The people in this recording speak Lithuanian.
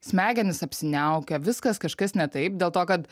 smegenys apsiniaukė viskas kažkas ne taip dėl to kad